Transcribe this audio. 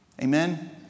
Amen